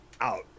out